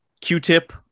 Q-Tip